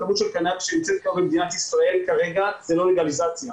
הכמות של הקנאביס שנמצאת כבר במדינת ישראל כרגע זה לא לגליזציה.